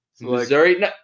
Missouri